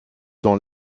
dans